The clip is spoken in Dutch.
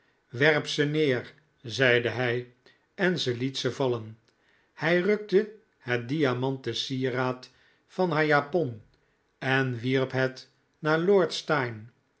werp ze neer zeide hij en ze liet ze vallen hij rukte het diamanten sieraad van haar japon en wierp het naar lord steyne